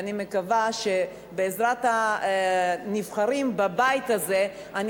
ואני מקווה שבעזרת הנבחרים בבית הזה אני